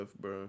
bro